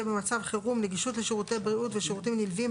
במצב חירום נגישות לשירותי בריאות ושירותים נלווים,